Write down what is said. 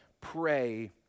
pray